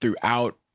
throughout